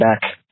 back